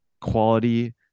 quality